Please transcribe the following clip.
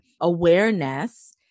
awareness